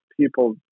people